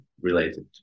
related